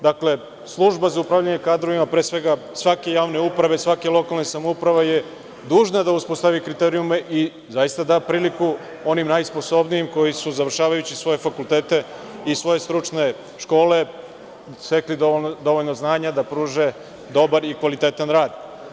Dakle, služba za upravljanje kadrovima, pre svega svake javne uprave, svake lokalne samouprave je dužna da uspostavi kriterijume i zaista da priliku onim najsposobnijim, koji su, završavajući svoje fakultete i svoje stručne škole, stekli dovoljno znanja da pruže dobar i kvalitetan rad.